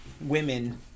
women